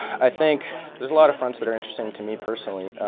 i think there's a lot of fronts that are interesting to me personally,